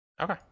Okay